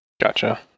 Gotcha